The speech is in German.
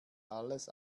alles